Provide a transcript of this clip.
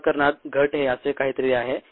या प्रकरणात घट हे असे काहीतरी आहे